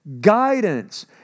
guidance